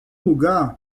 lugar